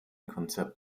konzept